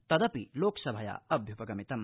तदपि लोकसभया अभ्युगमितम